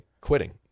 quitting